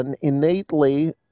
innately